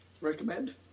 recommend